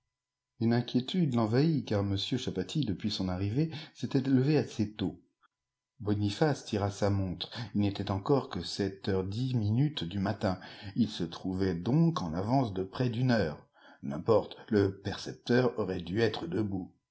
une inquiétude l'envahit car m chapatis depuis son arrivée s'était levé assez tôt boniface tira sa montre il n'était encore que sept heures dix minutes du matin il se trouvait donc en avance de près d'une heure n'importe le percepteur aurait dû être debout